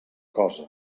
cosa